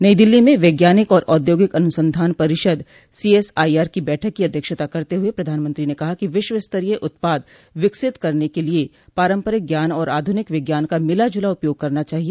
नई दिल्ली में वैज्ञानिक और औद्योगिक अनुसंधान परिषद सीएसआईआर की बैठक की अध्यक्षता करते हुए प्रधानमंत्री ने कहा कि विश्वस्तरीय उत्पाद विकसित करने के लिए पारंपरिक ज्ञान और आधुनिक विज्ञान का मिलाजुला उपयोग करना चाहिए